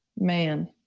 Man